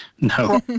No